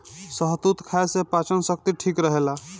शहतूत खाए से पाचन शक्ति ठीक रहेला